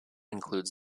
includes